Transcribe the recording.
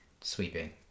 sweeping